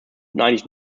eigentlich